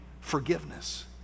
Forgiveness